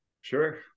Sure